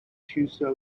tuesday